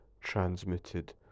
transmitted